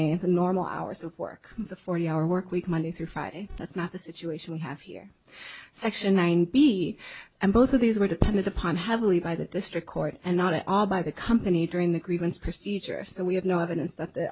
nine the normal hours of work for the hour work week monday through friday that's not the situation we have here section nine b and both of these were depended upon heavily by the district court and not at all by the company during the grievance procedure so we have no evidence that the